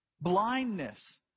blindness